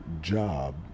Job